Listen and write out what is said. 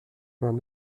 m’en